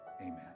Amen